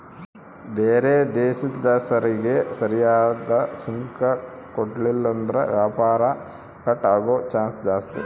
ಬ್ಯಾರೆ ದೇಶುದ್ಲಾಸಿಸರಕಿಗೆ ಸರಿಯಾದ್ ಸುಂಕ ಕೊಡ್ಲಿಲ್ಲುದ್ರ ವ್ಯಾಪಾರ ಕಟ್ ಆಗೋ ಚಾನ್ಸ್ ಜಾಸ್ತಿ